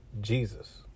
Jesus